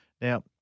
Now